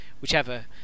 Whichever